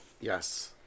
Yes